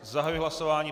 Zahajuji hlasování.